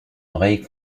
oreille